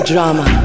drama